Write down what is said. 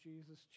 Jesus